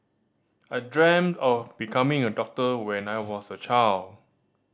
I dreamt of becoming a doctor when I was a child